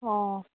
ও